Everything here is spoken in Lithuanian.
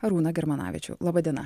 arūną germanavičių laba diena